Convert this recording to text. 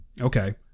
Okay